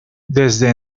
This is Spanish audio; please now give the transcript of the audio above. desde